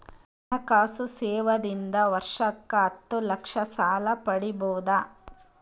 ಹಣಕಾಸು ಸೇವಾ ದಿಂದ ವರ್ಷಕ್ಕ ಹತ್ತ ಲಕ್ಷ ಸಾಲ ಪಡಿಬೋದ?